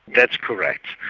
that's correct.